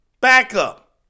backup